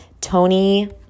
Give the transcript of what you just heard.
Tony